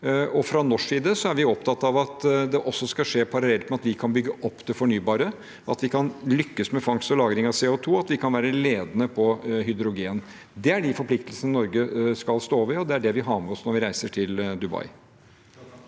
Fra norsk side er vi opptatt av at det også skal skje parallelt med at vi kan bygge opp det fornybare, at vi kan lykkes med fangst og lagring av CO2, at vi kan være ledende på hydrogen. Det er forpliktelsene Norge skal stå ved, og det er det vi har med oss når vi reiser til Dubai.